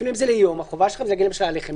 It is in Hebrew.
אפילו זה ליום - החובה שלכם לבטל.